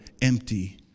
empty